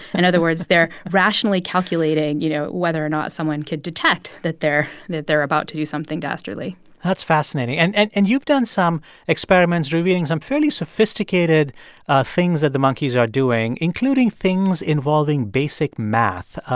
in other words, they're rationally calculating, you know, whether or not someone could detect that they're that they're about to do something dastardly that's fascinating. and and and you've done some experiments revealing some fairly sophisticated ah things that the monkeys are doing, including things involving basic math.